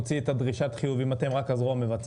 מי מוציא את דרישת החיובים אם אתם הזרוע המבצעת?